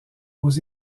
aux